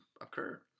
occur